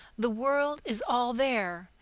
the world is all there,